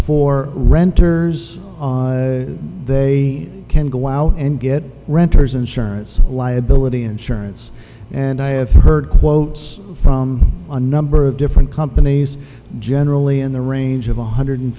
for renters they can go out and get renters insurance liability insurance and i have heard quotes from a number of different companies generally in the range of one hundred